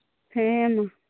ᱦᱮᱸ ᱢᱟ